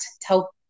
tell